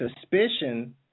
suspicion